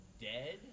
Dead